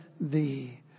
Thee